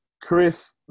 Chris